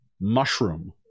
mushroom